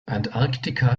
antarktika